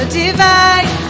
divide